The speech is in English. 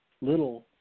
little